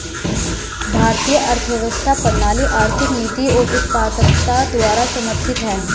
भारतीय अर्थव्यवस्था प्रणाली आर्थिक नीति और उत्पादकता द्वारा समर्थित हैं